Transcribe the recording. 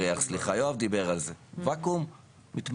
יואב דיבר על זה, וואקום מתמלא.